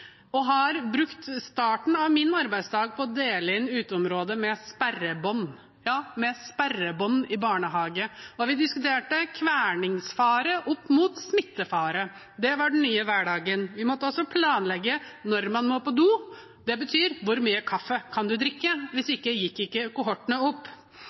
og har brukt starten av min arbeidsdag på å dele inn uteområdet med sperrebånd – ja, med sperrebånd i barnehagen. Vi diskuterte kvelningsfare opp mot smittefare. Det var den nye hverdagen. Vi måtte også planlegge når vi skulle på do – hvis vi ikke gjorde det, gikk ikke kohortene opp. Det betyr: Hvor mye kaffe kan man drikke?